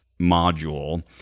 module